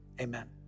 Amen